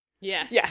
Yes